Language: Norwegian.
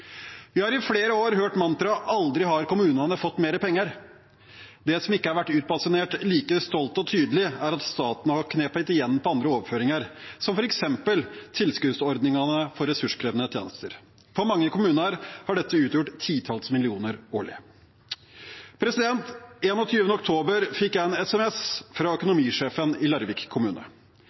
Vi har i flere år hørt mantraet «aldri har kommunene fått mer penger». Det som ikke har vært utbasunert like stolt og tydelig, er at staten har knepet igjen på andre overføringer, som f.eks. tilskuddsordningene for ressurskrevende tjenester. For mange kommuner har dette utgjort titalls millioner kroner årlig. Den 21. oktober fikk jeg en SMS fra økonomisjefen i Larvik kommune.